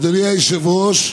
אוה, ברוך הבא, ראש הממשלה.